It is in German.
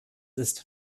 ist